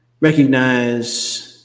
recognize